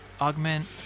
Augment